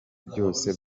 byose